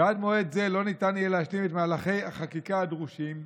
ועד מועד זה לא ניתן יהיה להשלים את מהלכי החקיקה הדרושים,